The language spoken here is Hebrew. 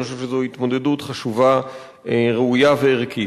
אני חושב שזו התמודדות חשובה, ראויה וערכית.